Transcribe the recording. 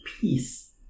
peace